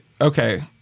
Okay